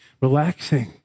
relaxing